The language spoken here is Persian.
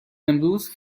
امروز